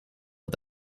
het